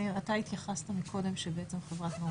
מאיר אתה התייחס מקודם שהיא